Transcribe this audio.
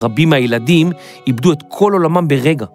רבים מהילדים איבדו את כל עולמם ברגע.